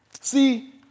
See